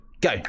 go